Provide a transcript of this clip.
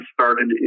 started